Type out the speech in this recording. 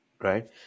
Right